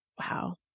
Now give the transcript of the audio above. Wow